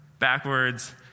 backwards